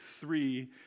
three